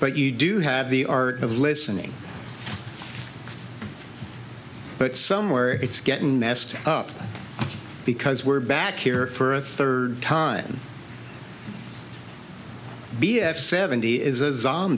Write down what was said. but you do have the art of listening but somewhere it's getting messed up because we're back here for a third time b f seventy is